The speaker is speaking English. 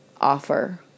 offer